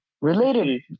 related